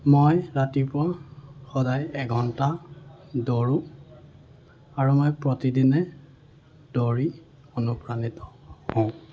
মই ৰাতিপুৱা সদায় এঘণ্টা দৌৰোঁ আৰু মই প্ৰতিদিনে দৌৰি অনুপ্ৰাণিত হওঁ